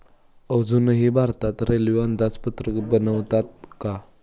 अजूनही भारतात रेल्वे अंदाजपत्रक बनवतात का?